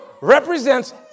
represents